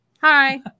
hi